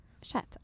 Chat